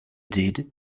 did